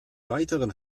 weiteren